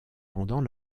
pendant